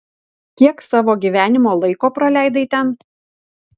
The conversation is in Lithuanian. kiek savo gyvenimo laiko praleidai ten